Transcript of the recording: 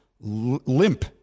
limp